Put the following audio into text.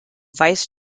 vice